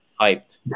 Hyped